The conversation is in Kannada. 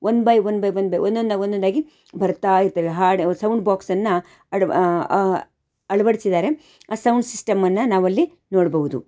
one by one by one by ಒನ್ನೊಂದಾಗಿ ಒಂದೊಂದಾಗಿ ಬರ್ತಾ ಇರ್ತವೆ ಹಾಡು ಸೌಂಡ್ ಬಾಕ್ಸನ್ನು ಅಳ್ವ ಅಳ್ವಡ್ಸಿದ್ದಾರೆ ಆ ಸೌಂಡ್ ಸಿಸ್ಟಮ್ಮನ್ನು ನಾವಲ್ಲಿ ನೋಡಬಹ್ದು